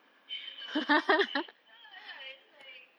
ya ya it's like